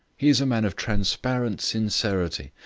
he is a man of transparent sincerity,